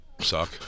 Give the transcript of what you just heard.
suck